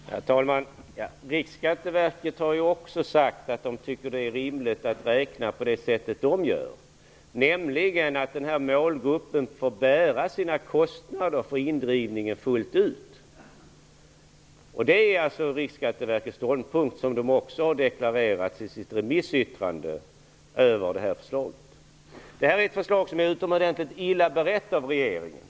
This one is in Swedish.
Herr talman! Riksskatteverket har också sagt att det är rimligt att räkna på det sätt som man där gör. Där räknar man med att denna målgrupp fullt ut får bära sina kostnader för indrivningen. Det är Riksskatteverkets ståndpunkt. Den har man också deklarerat i sitt remissyttrande över detta förslag. Det här förslaget är mycket illa berett av regeringen.